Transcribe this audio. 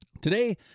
Today